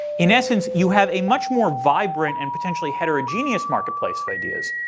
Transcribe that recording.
in essence, you have a much more vibrant and potentially heterogeneous marketplace of ideas.